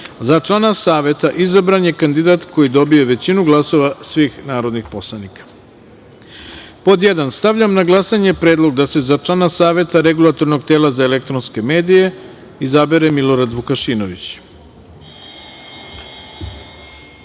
člana Saveta izabran je kandidat koji dobije većinu glasova svih narodnih poslanika. Stavljam na glasanje predlog da se za člana Saveta Regulatornog tela za elektronske medije izabere Milorad Vukašinović. Zaključujem